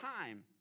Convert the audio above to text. time